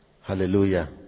Hallelujah